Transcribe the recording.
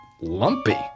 lumpy